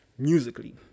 musically